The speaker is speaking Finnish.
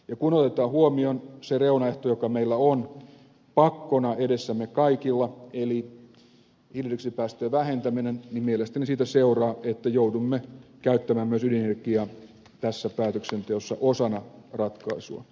kun otetaan huomioon se reunaehto joka meillä on pakkona edessämme kaikilla eli hiilidioksidipäästöjen vähentäminen niin mielestäni siitä seuraa että joudumme käyttämään myös ydinenergiaa tässä päätöksenteossa osana ratkaisua